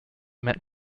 met